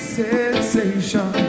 sensation